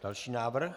Další návrh